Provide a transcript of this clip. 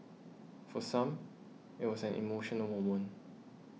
for some it was an emotional moment